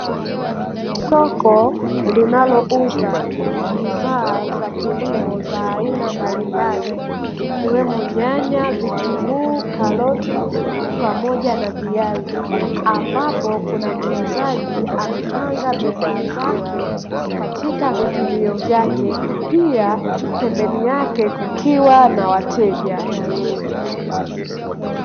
Soko linalouza bidhaa za kilimo za aina mbalimbali, ikiwemo: nyanya, vitunguu, karoti pamoja na viazi, ambapo kuna muuzaji amepanga bidhaa zake katika vipimio vyake, pia pembeni yake kukiwa na wateja.